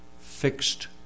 fixed